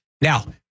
Now